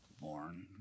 born